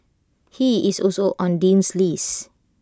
he is also on Dean's list